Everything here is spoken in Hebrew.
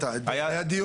היה דיון בנושא?